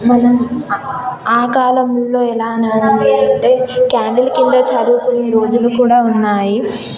మనం ఆ కాలంలో ఎలా అని అంటే క్యాండిల్ కింద చదువుకున్న రోజులు కూడా ఉన్నాయి